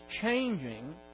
changing